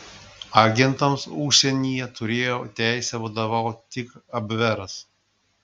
agentams užsienyje turėjo teisę vadovauti tik abveras